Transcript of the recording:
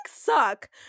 suck